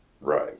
Right